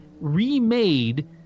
remade